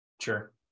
sure